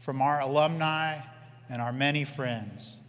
from our alumni and our many friends.